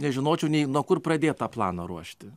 nežinočiau nei nuo kur pradėt tą planą ruošti